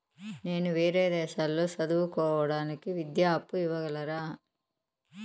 నేను వేరే దేశాల్లో చదువు కోవడానికి విద్యా అప్పు ఇవ్వగలరా?